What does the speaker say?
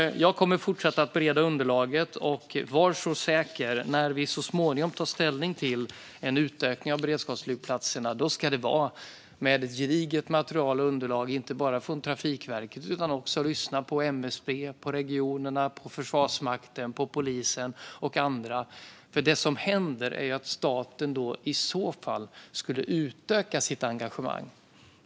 Jag kommer att fortsätta bereda underlaget, var så säker, för när vi så småningom tar ställning till en utökning av antalet beredskapsflygplatser ska det vara med ett gediget material och underlag. Vi ska lyssna inte bara på Trafikverket utan också på MSB, på regionerna, på Försvarsmakten, på polisen och på andra. Det som händer är ju att staten i så fall ska utöka sitt engagemang.